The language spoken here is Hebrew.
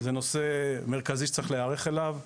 זה נושא מרכזי שצריך להיערך אליו.